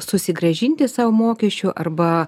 susigrąžinti savo mokesčių arba